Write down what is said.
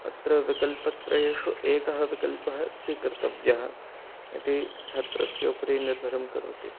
अत्र विकल्पत्रयेषु एकः विकल्पः स्वीकर्त्तव्यः इति छात्रस्य उपरि निर्भरं करोति